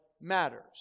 matters